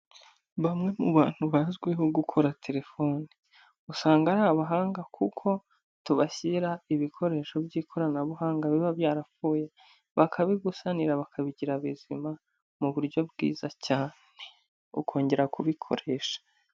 Bamwe mu bantu bazwiho gukora telefone, usanga ari abahanga kuko tubashyira ibikoresho by'ikoranabuhanga biba byarapfuye, bakabigusanira bakabigira bizima mu buryo bwiza cyane, ukongera kubikoresha.